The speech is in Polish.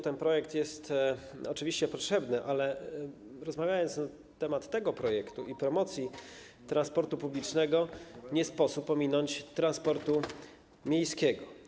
Ten projekt jest oczywiście potrzebny, ale rozmawiając na temat tego projektu i promocji transportu publicznego, nie sposób ominąć transport miejski.